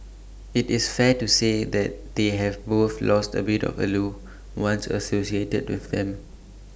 IT is fair to say that they have both lost A bit of the allure once associated with them